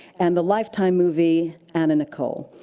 and the lifetime movie anna-nicole.